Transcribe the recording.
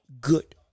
good